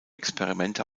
experimente